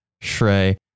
Shrey